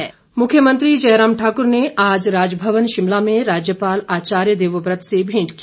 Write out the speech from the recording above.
भेंट मुख्यमंत्री जयराम ठाकुर ने आज राजभवन शिमला में राज्यपाल आचार्य देवव्रत से भेंट की